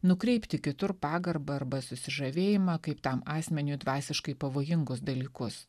nukreipti kitur pagarbą arba susižavėjimą kaip tam asmeniui dvasiškai pavojingus dalykus